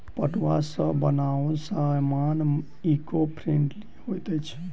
पटुआ सॅ बनाओल सामान ईको फ्रेंडली होइत अछि